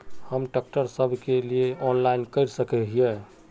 हम ट्रैक्टर सब के लिए ऑनलाइन कर सके हिये?